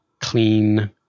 clean